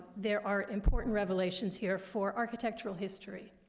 there are important revelations here for architectural history.